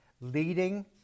leading